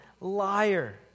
liar